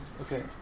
okay